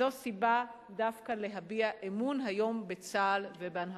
זו סיבה דווקא להביע אמון היום בצה"ל ובהנהגתו.